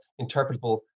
interpretable